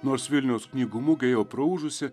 nors vilniaus knygų mugė jau praūžusi